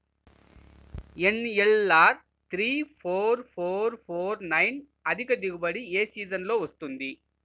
NLR three four four four nine అధిక దిగుబడి ఏ సీజన్లలో వస్తుంది?